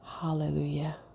Hallelujah